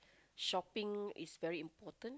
shopping is very important